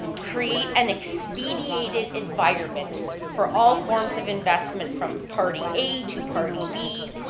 create an expediated environment for all forms of investment from party a to party b.